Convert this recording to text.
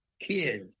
kid